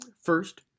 First